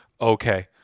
okay